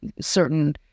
certain